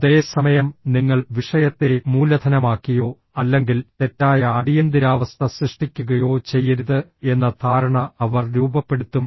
അതേ സമയം നിങ്ങൾ വിഷയത്തെ മൂലധനമാക്കിയോ അല്ലെങ്കിൽ തെറ്റായ അടിയന്തിരാവസ്ഥ സൃഷ്ടിക്കുകയോ ചെയ്യരുത് എന്ന ധാരണ അവർ രൂപപ്പെടുത്തും